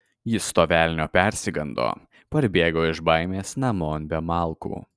jis to velnio persigando parbėgo iš baimės namon be malkų